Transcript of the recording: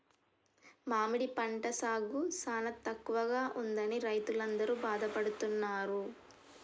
మామిడి పంట సాగు సానా తక్కువగా ఉన్నదని రైతులందరూ బాధపడుతున్నారు